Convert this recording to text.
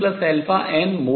2 nn